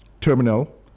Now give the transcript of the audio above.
terminal